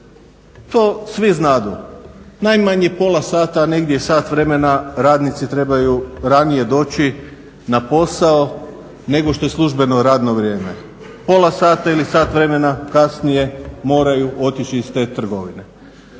to svi znadu, najmanje pola sata, negdje i sat vremena radnici trebaju ranije doći na posao nego što je službeno radno vrijeme. Pola sata ili sat vremena kasnije moraju otići iz te trgovine.